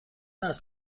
است